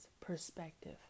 perspective